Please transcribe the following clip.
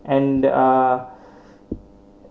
and there are